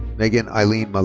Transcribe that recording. megan eileen but